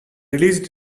released